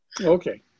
Okay